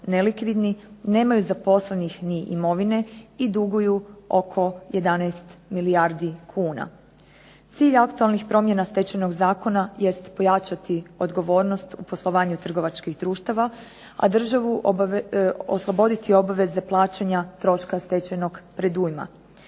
nemaju zaposlenih ni imovine i dugu oko 11 milijardi kuna. Cilj aktualnih promjena Stečajnog zakona jest pojačati odgovornosti u poslovanju trgovačkih društava, a državu osloboditi obveze plaćanja troška stečajnog predujma.